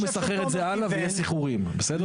לא אם הוא מסחרר את זה הלאה ויהיו סחרורים, בסדר?